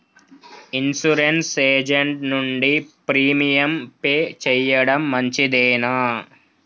Insurance agent నుండి premium pay చేయడం మంచిదేనా?